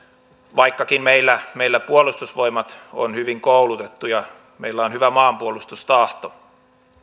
vaikkakin meillä meillä puolustusvoimat on hyvin koulutettu ja meillä on hyvä maanpuolustustahto